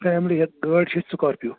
family گٲڑۍ چھِ Scorpio